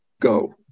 go